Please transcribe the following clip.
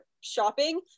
shopping